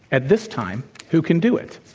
at this time, who can do it.